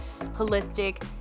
holistic